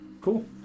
Cool